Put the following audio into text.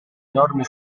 norme